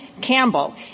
Campbell